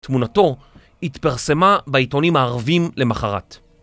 תמונתו התפרסמה בעיתונים הערבים למחרת.